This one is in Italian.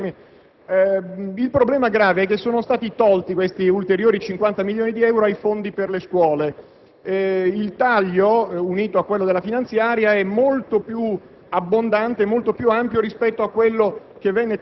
Il problema grave è che sono stati tolti ulteriori 50 milioni di euro dai fondi per le scuole.